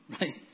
Right